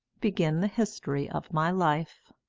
begin the history of my life.